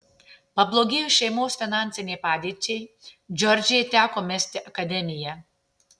pablogėjus šeimos finansinei padėčiai džordžijai teko mesti akademiją